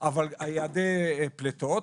על יעדי פליטות,